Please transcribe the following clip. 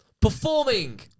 performing